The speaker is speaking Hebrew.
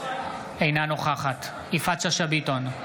אינה נוכחת יפעת שאשא ביטון,